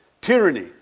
Tyranny